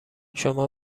شما